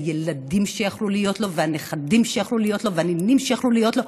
הילדים שיכלו להיות לו והנכדים שיכלו להיות והנינים שיכלו להיות לו.